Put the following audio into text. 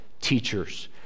teachers